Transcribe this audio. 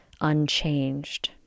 unchanged